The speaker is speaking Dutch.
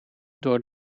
door